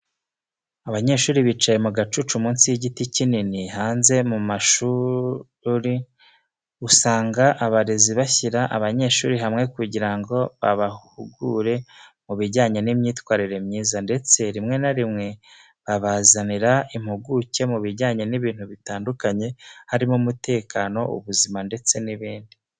Abanyeshuri bicaye mu gacucu munsi y'igiti kinini hanze, mu mashuri usanga abarezi bashyira abanyeshuri hamwe kugira ngo babahugure mubijyanye n'imyitwarire myiza, ndetse rimwe na rimwe babazanira impuguke mu bijyanye n'ibintu bitandukanye, harimo umutekano, ubuzima, ndetse n'ibindi.